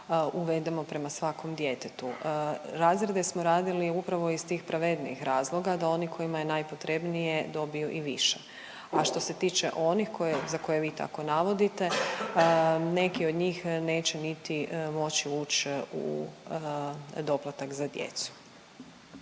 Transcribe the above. uvedemo prema svakom djetetu. Razrede smo radili upravo iz tih pravednijih razloga, da oni kojima je najpotrebnije dobiju i više, a što se tiče onih koji, za koje vi tako navodite, neki od njih neće niti moći uć u doplatak za djecu.